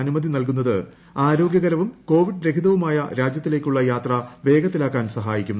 അനുമതി നൽകുന്നത് ആരോഗ്യകരവും കോവിഡ് രഹിതവുമായ രാജ്യത്തിലേക്കുള്ള യാത്ര വേഗത്തിലാക്കാൻ സഹായിക്കും